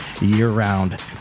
year-round